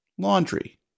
Laundry